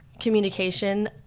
communication